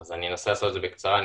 אני אנסה לעשות את זה בקצרה,